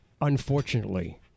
unfortunately